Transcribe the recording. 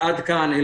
עד כאן.